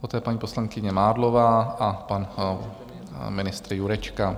Poté paní poslankyně Mádlová a pan ministr Jurečka.